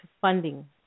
funding